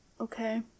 Okay